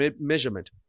measurement